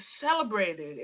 celebrated